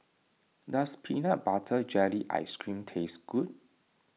does Peanut Butter Jelly Ice Cream taste good